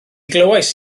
glywais